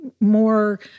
more